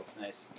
Nice